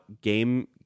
game